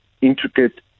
intricate